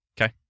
Okay